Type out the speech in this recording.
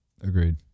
Agreed